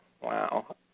Wow